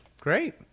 Great